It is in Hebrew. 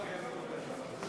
כן,